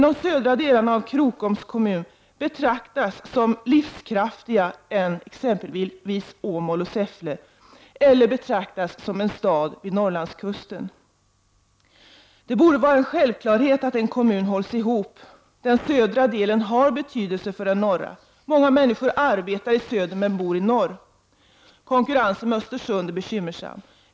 De södra delarna av Krokoms kommun betraktas emellertid som livskraftigare än exempelvis Åmål och Säffle eller som en stad vid Norrlandskusten. Det borde vara en självklarhet att en kommun hålls ihop. Den södra delen har betydelse för den norra. Många människor arbetar i söder men bor i norr. Konkurrensen med Östersund är bekymmersam.